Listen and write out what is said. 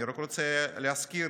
אני רק רוצה להזכיר